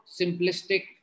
simplistic